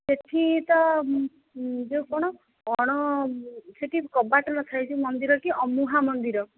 ସେଠି ତ ଯେଉଁ କ'ଣ କ'ଣ ସେଠି କବାଟ ନଥାଏ ଯେଉଁ ମନ୍ଦିର କି ଅମୁହାଁ ମନ୍ଦିର